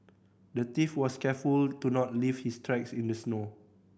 the thief was careful to not leave his tracks in the snow